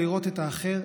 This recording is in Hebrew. לראות את האחר,